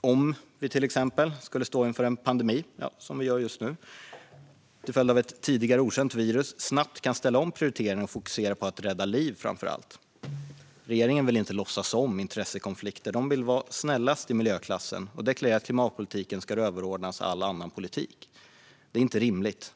Om vi till exempel skulle stå inför en pandemi, som vi är inne i just nu till följd av ett tidigare okänt virus, handlar det om att vi snabbt kan ställa om prioriteringar och fokusera på att framför allt rädda liv. Regeringen vill inte låtsas om intressekonflikter. Den vill vara snällast i miljöklassen och deklarera att klimatpolitiken ska överordnas all annan politik. Det är inte rimligt.